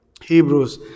Hebrews